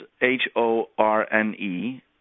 H-O-R-N-E